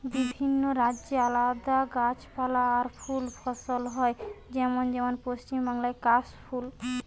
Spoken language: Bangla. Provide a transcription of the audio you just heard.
বিভিন্ন রাজ্যে আলদা গাছপালা আর ফুল ফসল হয় যেমন যেমন পশ্চিম বাংলায় কাশ ফুল